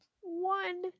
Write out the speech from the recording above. One